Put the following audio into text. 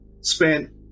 spent